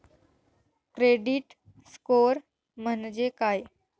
Credit score म्हणजे काय?